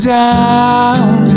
down